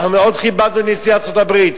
אנחנו מאוד כיבדנו את נשיא ארצות-הברית.